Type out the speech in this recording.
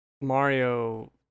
Mario